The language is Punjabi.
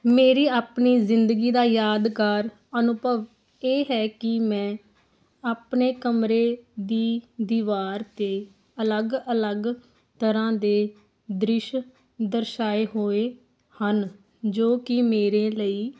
ਮੇਰੀ ਆਪਣੀ ਜ਼ਿੰਦਗੀ ਦਾ ਯਾਦਗਾਰ ਅਨੁਭਵ ਇਹ ਹੈ ਕਿ ਮੈਂ ਆਪਣੇ ਕਮਰੇ ਦੀ ਦੀਵਾਰ 'ਤੇ ਅਲੱਗ ਅਲੱਗ ਤਰ੍ਹਾਂ ਦੇ ਦ੍ਰਿਸ਼ ਦਰਸਾਏ ਹੋਏ ਹਨ ਜੋ ਕਿ ਮੇਰੇ ਲਈ